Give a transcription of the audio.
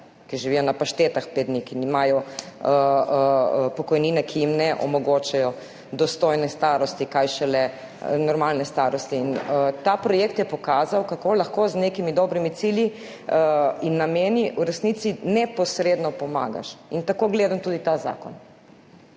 ki živijo na paštetah pet dni, ki imajo pokojnine, ki jim ne omogočajo dostojne starosti, kaj šele normalne starosti. In ta projekt je pokazal, kako lahko z nekimi dobrimi cilji in nameni v resnici neposredno pomagaš. In tako gledam tudi na ta zakon.